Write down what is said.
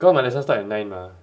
cause my lesson start at nine mah